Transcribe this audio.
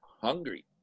hungry